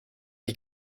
die